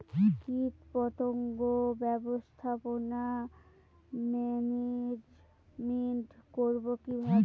কীটপতঙ্গ ব্যবস্থাপনা ম্যানেজমেন্ট করব কিভাবে?